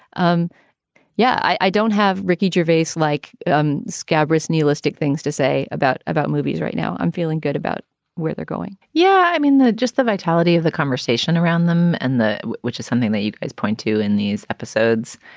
um yeah, i don't have ricky gervais like um scabrous needle-stick things to say about about movies right now. i'm feeling good about where they're going yeah. i mean, just the vitality of the conversation around them and the which is something that you guys point to in these episodes.